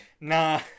Nah